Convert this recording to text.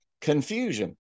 confusion